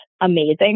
amazing